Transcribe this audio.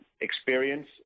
experience